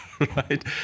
right